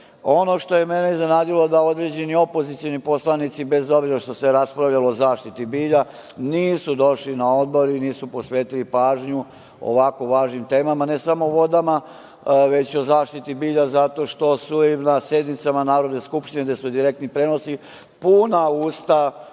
što je mene iznenadilo, da određeni opozicioni poslanici, bez obzira što se raspravljalo o zaštiti bilja, nisu došli na odbor i nisu posvetili pažnju ovako važnim temama, ne samo vodama, već o zaštiti bilja zato što su im na sednicama Narodne skupštine gde su direktni prenosi, puna usta